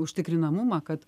užtikrinamumą kad